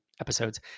episodes